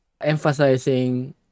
emphasizing